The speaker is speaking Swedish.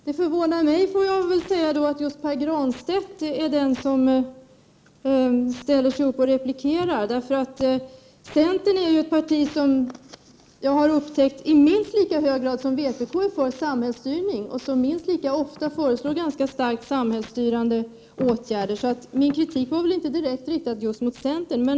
Herr talman! Det förvånar mig att det är just Pär Granstedt som replikerar. Centern är ju ett parti som i minst lika hög grad som vpk är för samhällsstyrning och som minst lika ofta föreslår ganska starkt samhällsstyrande åtgärder, så min kritik var inte riktad direkt mot centern.